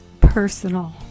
personal